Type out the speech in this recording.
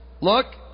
Look